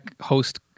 host